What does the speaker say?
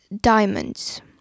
diamonds